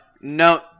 No